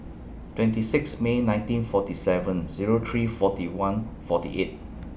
twenty six May nineteen forty seven Zero three forty one forty eight